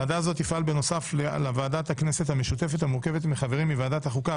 ועדה זו תפעל בנוסף לוועדת הכנסת המשותפת המורכבת מחברים מוועדת החוקה,